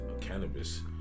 cannabis